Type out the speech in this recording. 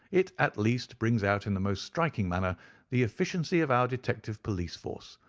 it, at least, brings out in the most striking manner the efficiency of our detective police force,